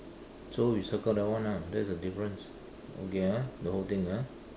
so you circle that one ah that is the difference okay ah the whole thing ah